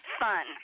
fun